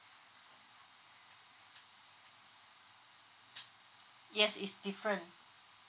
yes is different